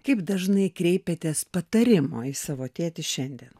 kaip dažnai kreipiatės patarimo į savo tėtį šiandien